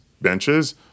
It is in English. benches